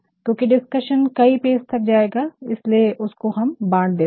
क्योंकि डिस्कशन कई पेज तक जाएगा इसलिए उसको हम बांट देते हैं